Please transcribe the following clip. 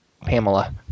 Pamela